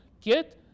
get